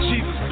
Jesus